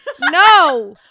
No